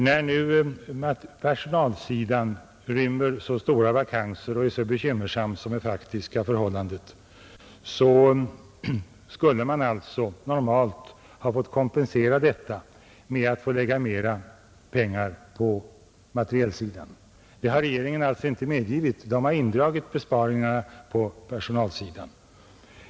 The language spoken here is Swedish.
När nu personalsidan rymmer så stora vakanser och är så bekymmersam som faktiskt är förhållandet, skulle man alltså normalt ha fått kompensera detta med att få lägga mera pengar på materielsidan. Det har regeringen inte medgivit, den har indragit besparingarna på personalsidan.